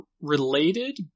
related